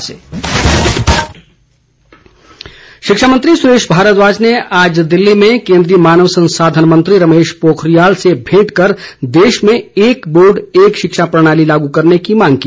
सुरेश भारद्वाज शिक्षा मंत्री सुरेश भारद्वाज ने आज दिल्ली में केन्द्रीय मानव संसाधन मंत्री रमेश पोखरियाल से भेंट कर देश में एक बोर्ड एक शिक्षा प्रणाली लागू करने की मांग की